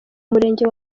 umurenge